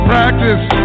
Practice